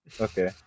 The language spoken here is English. Okay